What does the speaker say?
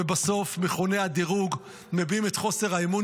ובסוף מכוני הדירוג מביעים את חוסר האמון